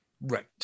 right